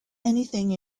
anything